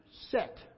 set